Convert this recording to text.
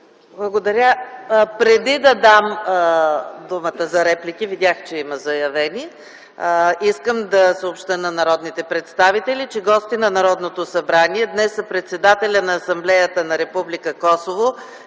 Благодаря. Преди да дам думата за реплики, искам да съобщя на народните представители, че гости на Народното събрание днес са председателят на Асамблеята на Република Косово